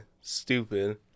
Stupid